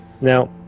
Now